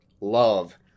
love